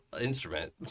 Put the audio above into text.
instrument